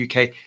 UK